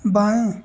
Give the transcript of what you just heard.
बाएं